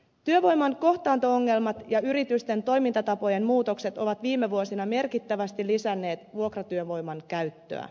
työvoiman kohtaanto ongelmat ja yritysten toimintatapojen muutokset ovat viime vuosina merkittävästi lisänneet vuokratyövoiman käyttöä